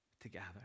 together